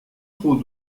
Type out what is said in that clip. trop